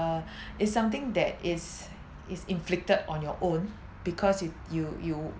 it's something that is is inflicted on your own because you you you